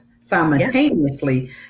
simultaneously